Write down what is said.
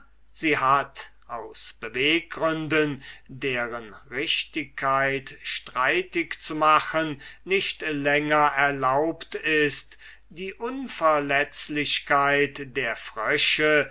sie hat aus beweggründen deren richtigkeit streitig zu machen nicht länger erlaubt ist die unverletzlichkeit der frösche